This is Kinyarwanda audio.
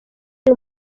ari